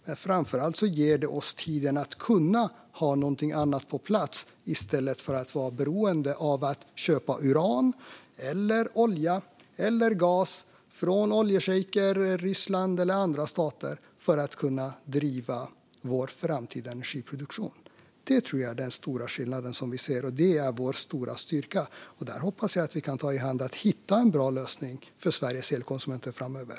Men framför allt ger den oss tiden att ha något annat på plats i stället för att vara beroende av att köpa uran, olja eller gas från oljeschejker, Ryssland eller andra stater för att kunna driva vår framtida energiproduktion. Det är den stora skillnaden, och det är vår stora styrka. Jag hoppas att vi där kan ta i hand för att hitta en bra lösning för Sveriges elkonsumenter framöver.